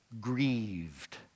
grieved